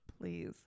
please